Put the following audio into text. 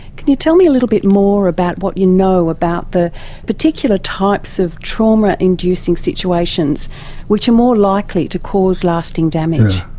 can you tell me a little bit more about what you know about the particular types of trauma-inducing situations which are more likely to cause lasting damage?